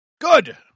Good